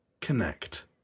Connect